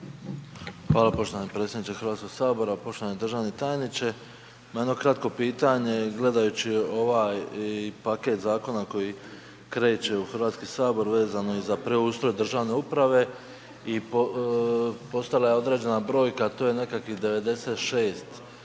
Hvala poštovani predsjedniče Hrvatskog sabora, poštovani državni tajniče imam jedno kratko pitanje gledajući ovaj paket zakona koji kreće u Hrvatski sabor vezano i za preustroj državne uprave i postajala je određena brojka to je nekakvih 96